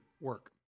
work